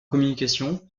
communication